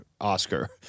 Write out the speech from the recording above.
Oscar